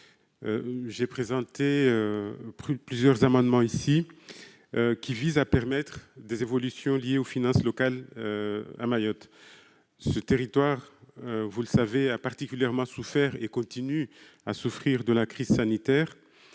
déjà présenté ici plusieurs amendements visant des évolutions liées aux finances locales à Mayotte. Ce territoire, vous le savez, a particulièrement souffert et continue à souffrir de la crise sanitaire.